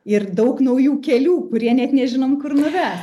ir daug naujų kelių kurie net nežinom kur nuves